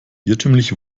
irrtümlich